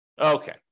Okay